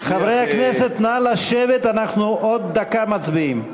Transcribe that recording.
חברי הכנסת, נא לשבת, אנחנו עוד דקה מצביעים.